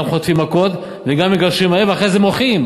גם חוטפים מכות וגם מגרשים מהעיר ואחרי זה מוחים.